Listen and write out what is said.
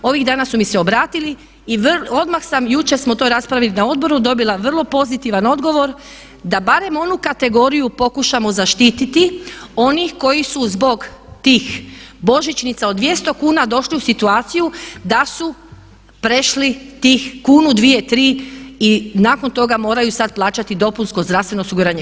Ovih dana su mi se obratili i odmah sam, jučer smo to raspravili na odboru dobila vrlo pozitivan odgovor da barem onu kategoriju pokušamo zaštititi onih koji su zbog tih božićnica od 200 kuna došli u situaciju da su prešli tih kunu, dvije, tri i nakon toga moraju sad plaćati dopunsko zdravstveno osiguranje.